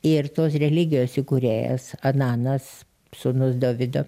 ir tos religijos įkūrėjas ananas sūnus dovydo